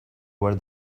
were